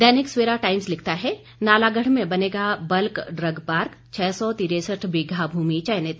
दैनिक Savera Times लिखता है नालागढ़ में बनेगा बल्क ड्रग पार्क छह सौ तरेसठ बीघा भूमि चयनित